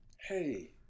Hey